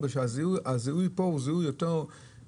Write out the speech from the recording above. כי הזיהוי דרך האייפון הוא יותר בטיחותי,